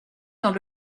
dans